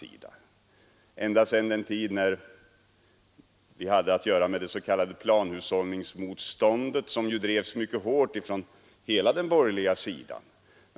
Detta har varit fallet ända sedan den tid då vi hade att göra med det s.k. planhushållningsmotståndet, som ju drevs mycket hårt från hela den borgerliga sidan.